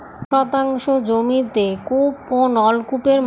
সেচ যুক্ত জমির প্রায় কত শতাংশ জমিতে কূপ ও নলকূপের মাধ্যমে জলসেচ করা হয়?